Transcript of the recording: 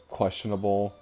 questionable